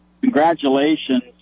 congratulations